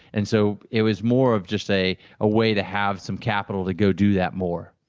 and so, it was more of just a ah way to have some capital to go do that more.